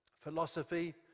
philosophy